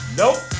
nope